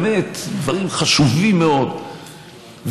באמת דברים חשובים מאוד,